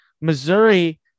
Missouri